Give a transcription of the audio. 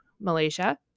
Malaysia